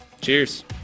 Cheers